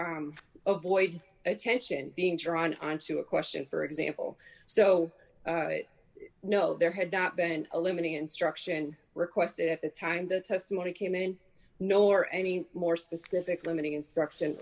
avoid attention being drawn on to a question for example so no there had not been a limiting instruction requested at the time the testimony came in no or any more specific limiting instruction